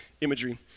imagery